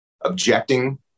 objecting